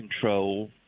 control